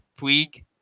Puig